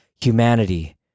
humanity